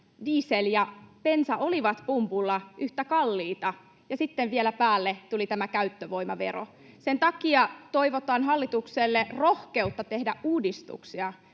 diesel ja bensa olivat pumpulla yhtä kalliita. Ja sitten vielä päälle tuli tämä käyttövoimavero. Sen takia toivotan hallitukselle rohkeutta tehdä uudistuksia.